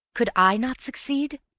could i not succeed?